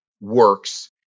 works